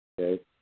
Okay